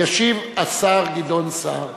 ישיב השר גדעון סער